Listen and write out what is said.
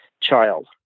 child